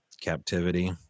captivity